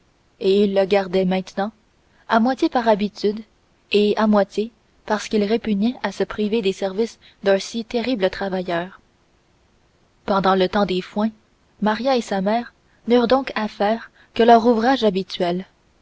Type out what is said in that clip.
et ils le gardaient maintenant à moitié par habitude et à moitié parce qu'ils répugnaient à se priver des services d'un si terrible travailleur pendant le temps des foins maria et sa mère n'eurent donc à faire que leur ouvrage habituel